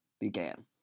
began